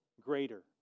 Greater